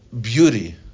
beauty